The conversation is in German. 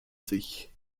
sich